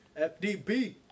FDB